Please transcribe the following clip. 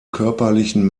körperlichen